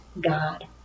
God